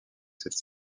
cette